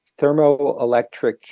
thermoelectric